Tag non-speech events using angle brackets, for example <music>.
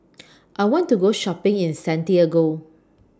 <noise> I want to Go Shopping in Santiago